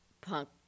punk